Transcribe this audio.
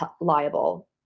liable